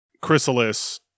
Chrysalis